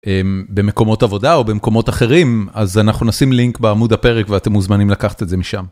במקומות עבודה או במקומות אחרים, אז אנחנו נשים לינק בעמוד הפרק ואתם מוזמנים לקחת את זה משם.